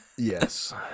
Yes